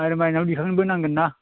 आरो माइनाव दिखांनोबो नांगोन ना